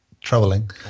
troubling